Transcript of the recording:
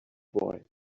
boy